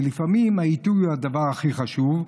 לפעמים העיתוי הוא הדבר הכי חשוב,